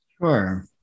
Sure